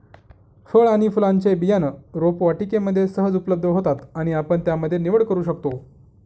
फळ आणि फुलांचे बियाणं रोपवाटिकेमध्ये सहज उपलब्ध होतात आणि आपण त्यामध्ये निवड करू शकतो